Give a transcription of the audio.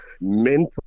mental